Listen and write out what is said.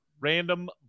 Random